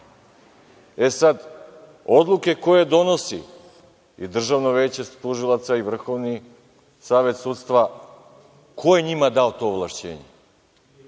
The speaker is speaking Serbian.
odluke koje donosi i Državno veće tužilaca i Vrhovni savet sudstva, ko je njima dao to ovlašćenje?